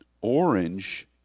orange